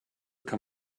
kann